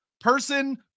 person